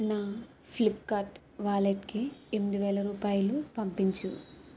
నా ఫ్లిప్కార్ట్ వ్యాలెట్కి ఎనిమిది వేలు రూపాయలు పంపించు